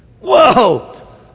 Whoa